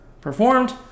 performed